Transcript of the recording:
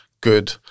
good